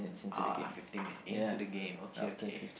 ah fifteen minutes into the game okay okay